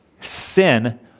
Sin